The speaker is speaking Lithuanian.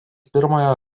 pirmojo